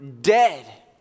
dead